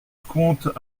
comptes